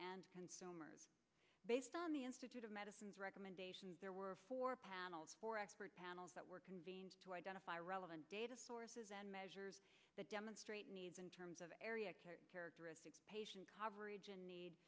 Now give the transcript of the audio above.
and consumers based on the institute of medicine recommendations there were four panels for expert panels that were convinced to identify relevant data sources and measures that demonstrate needs in terms of area characteristics patient coverage and